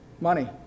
Money